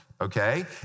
okay